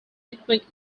ethnic